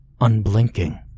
unblinking